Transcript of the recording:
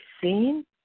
seen